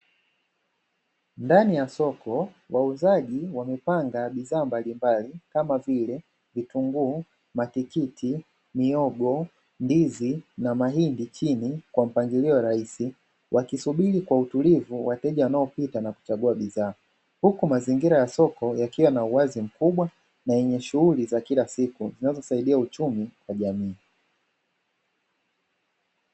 Ndani ya Soko, wauzaji wamepanga bidhaa mbalimbali kama vile vitunguu, matikiti, mihogo, ndizi na mahindi chini kwa mpangilio rahisi, wakisubiri kwa utulivu wateja wanaopita kuchagua bidhaa, huku mazingira ya soko yakiwa na uwazi mkubwa na yenye shughuli za kila siku zinazosaidia uchumi wa jamii.